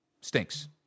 stinks